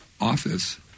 office